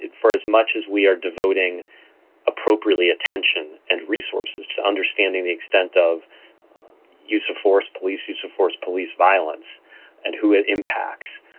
for as much as we are devoting appropriately attention and resources to understanding the extent of use of force, police use of force, police violence and who it impacts,